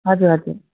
हजुर हजुर